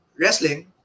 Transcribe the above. wrestling